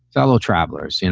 fellow travelers. you know,